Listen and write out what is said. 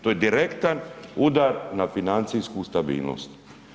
To je direktan udar na financijsku stabilnost.